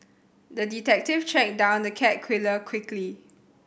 the detective tracked down the cat killer quickly